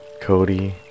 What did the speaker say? Cody